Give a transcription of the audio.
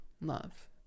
love